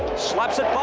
slaps it by,